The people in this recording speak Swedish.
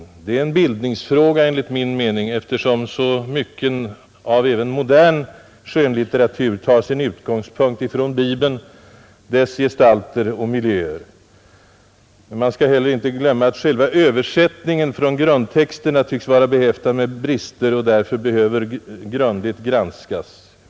Det är en bildningsfråga, enligt min mening, eftersom så mycket av även modern skönlitteratur har sin utgångspunkt i Bibeln, dess gestalter och miljöer. Men man skall heller inte glömma att själva översättningen från grundtexterna tycks vara behäftad med brister och därför behöver grundligt granskas.